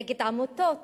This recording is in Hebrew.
נגד עמותות